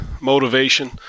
motivation